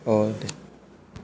दे